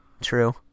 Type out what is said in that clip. True